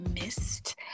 missed